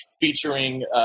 featuring –